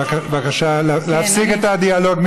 בבקשה להפסיק את הדיאלוג.